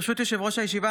ברשות יושב-ראש הישיבה,